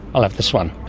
i'll have this one'?